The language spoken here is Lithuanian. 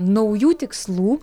naujų tikslų